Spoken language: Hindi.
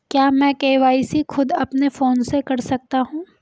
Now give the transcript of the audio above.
क्या मैं के.वाई.सी खुद अपने फोन से कर सकता हूँ?